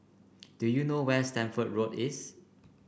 do you know where is Stamford Road is